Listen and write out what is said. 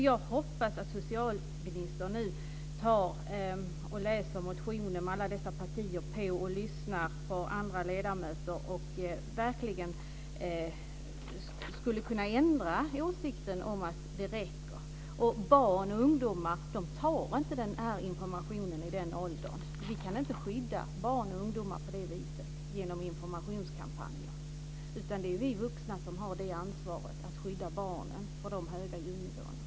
Jag hoppas att socialministern nu tar och läser motionen med alla dessa partier och lyssnar på andra ledamöter och att han verkligen skulle kunna ändra åsikten om att det räcker. Barn och ungdomar tar inte till sig informationen i den åldern. Vi kan inte skydda barn och ungdomar på det viset, alltså genom informationskampanjer. Det är vi vuxna som har ansvaret för att skydda barnen från de höga ljudnivåerna.